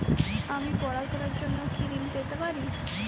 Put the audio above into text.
আমি পড়াশুনার জন্য কি ঋন পেতে পারি?